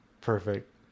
Perfect